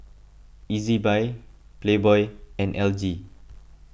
Ezbuy Playboy and L G